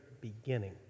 beginning